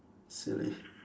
silly